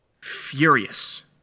furious